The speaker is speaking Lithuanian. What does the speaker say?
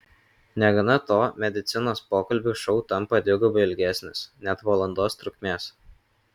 negana to medicinos pokalbių šou tampa dvigubai ilgesnis net valandos trukmės